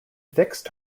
fixed